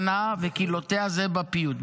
"תִּכְלֶה שָׁנָה וְקִלְלוֹתֶיהָ" זה בפיוט.